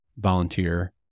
volunteer